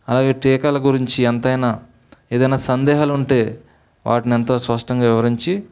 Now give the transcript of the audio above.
అలాగే టీకాల గురించి ఎంతైనా ఏదన్నా సందేహాలుంటే వాటిని ఎంతో స్పష్టంగా వివరించి